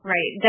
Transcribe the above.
Right